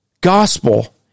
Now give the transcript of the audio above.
gospel